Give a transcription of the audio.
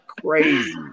Crazy